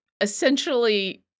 essentially